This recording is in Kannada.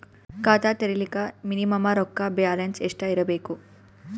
ಖಾತಾ ತೇರಿಲಿಕ ಮಿನಿಮಮ ರೊಕ್ಕ ಬ್ಯಾಲೆನ್ಸ್ ಎಷ್ಟ ಇರಬೇಕು?